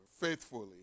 faithfully